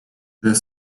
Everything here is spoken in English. the